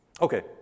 Okay